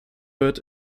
wird